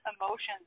emotions